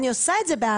אני עושה את זה באהבה,